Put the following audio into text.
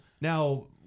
Now